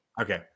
Okay